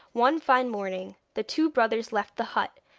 one fine morning, the two brothers left the hut,